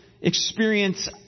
experience